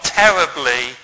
terribly